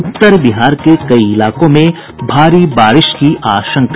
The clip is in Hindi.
उत्तर बिहार के कई इलाकों में भारी बारिश की आशंका